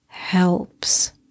helps